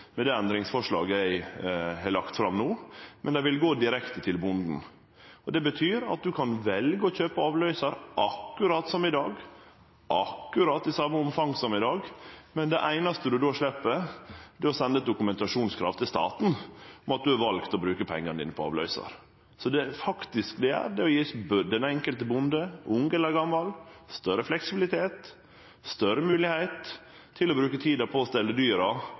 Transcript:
med det endringsforslaget eg har lagt fram no, men dei vil gå direkte til bonden. Det betyr at ein kan velje å kjøpe avløysar – akkurat som i dag, akkurat i det same omfanget som i dag – men det einaste ein då slepp, er å sende dokumentasjon til staten om at ein har valt å bruke pengane sine på avløysar. Så det ein faktisk gjer, er å gje den enkelte bonden, ung eller gamal, større fleksibilitet, større moglegheit til å bruke tida på å stelle dyra